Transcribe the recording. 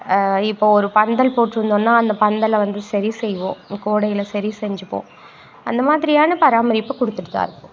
இப்போ ஒரு பந்தல் போட்டிருந்தோன்னா அந்த பந்தலை வந்து சரி செய்வோம் கோடையில் சரி செஞ்சுப்போம் அந்த மாதிரியான பராமரிப்பு கொடுத்துட்டு தான் இருக்கோம்